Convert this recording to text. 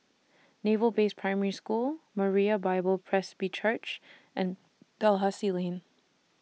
Naval Base Primary School Moriah Bible Presby Church and Dalhousie Lane